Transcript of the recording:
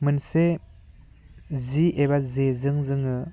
मोनसे जि एबा जेजों जोङो